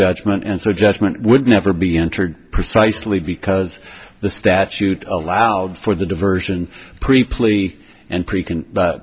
judgment and so judgment would never be entered precisely because the statute allowed for the diversion